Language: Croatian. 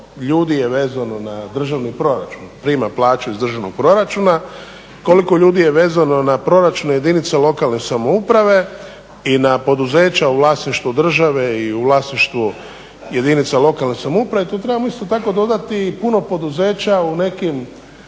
ljudi je vezano na državni proračun, prima plaću iz državnog proračuna, koliko ljudi je vezano na proračune jedinica lokalne samouprave i na poduzeća u vlasništvu države i u vlasništvu jedinica lokalne samouprave, tu trebamo isto tako dodati puno poduzeća u nekim